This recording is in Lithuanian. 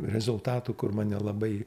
rezultatų kur mane labai